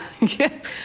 Yes